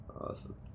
Awesome